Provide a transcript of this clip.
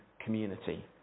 community